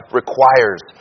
requires